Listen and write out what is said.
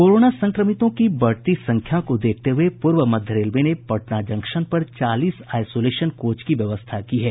corona संक्रमितों की बढ़ती संख्या को देखते हुये पूर्व मध्य रेलवे ने पटना जंक्शन पर चालीस आईसोलेशन कोच की व्यवस्था की है